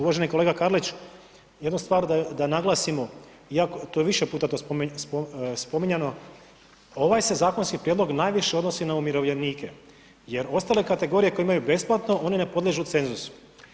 Uvaženi kolega Karlić, jednu stvar da naglasimo, iako, to je više puta spominjano, ovaj se zakonski prijedlog najviše odnosi na umirovljenike jer ostale kategorije koje imaju besplatno, oni ne podliježu cenzusu.